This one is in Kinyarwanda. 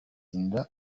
inda